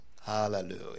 Hallelujah